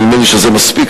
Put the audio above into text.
ונדמה לי שזה מספיק,